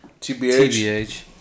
Tbh